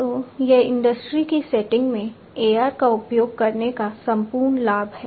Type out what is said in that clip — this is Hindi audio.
तो यह इंडस्ट्री की सेटिंग में AR का उपयोग करने का संपूर्ण लाभ है